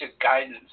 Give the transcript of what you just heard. guidance